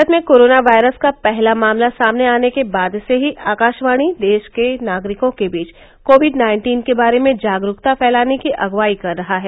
भारत में corona virus का पहला मामला सामने आने के बाद से ही आकाशवाणी देश के नागरिकों के बीच कोविड नाइन्टीन के बारे में जागरूकता फैलाने की अगुवाई कर रहा है